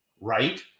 right